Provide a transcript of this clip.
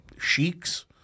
sheiks